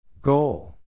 Goal